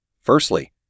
Firstly